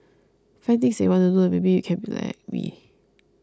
find things that you want to do and maybe you can be like me